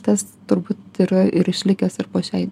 tas turbūt yra ir išlikęs ir po šiai